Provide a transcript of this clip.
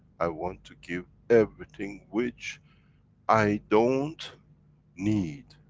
i want to give everything which i don't need,